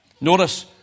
Notice